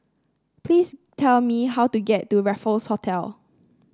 please tell me how to get to Raffles Hotel